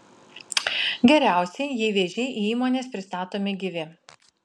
geriausia jei vėžiai į įmones pristatomi gyvi